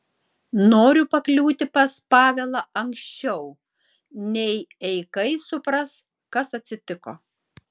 noriu pakliūti pas pavelą anksčiau nei eikai supras kas atsitiko